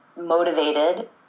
motivated